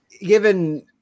given